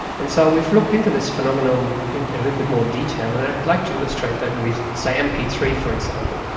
and so we've looked into this phenomenon in a little bit more detail, and i'd like to illustrate that with, say, m p three for example.